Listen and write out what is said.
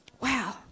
Wow